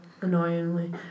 Annoyingly